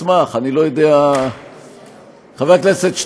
אוכל לבקש ממנו להפנות את תשומת לבו של חבר הכנסת שטרן,